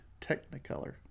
Technicolor